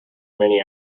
many